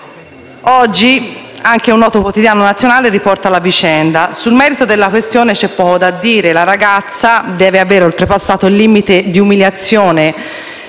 Oggi anche un noto quotidiano nazionale riporta la vicenda. Nel merito della questione c'è poco da dire. La ragazza deve aver oltrepassato il limite di umiliazione